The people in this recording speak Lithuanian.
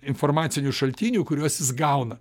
informacinių šaltinių kuriuos jis gauna